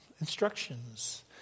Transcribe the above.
instructions